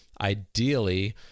Ideally